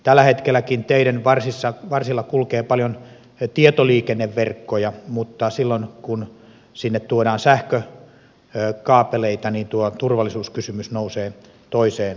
tälläkin hetkellä teiden varsilla kulkee paljon tietoliikenneverkkoja mutta silloin kun sinne tuodaan sähkökaapeleita tuo turvallisuuskysymys nousee toiseen valoon